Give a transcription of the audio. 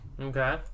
Okay